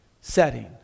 setting